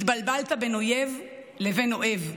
התבלבלת בין אויב לבין אוהב.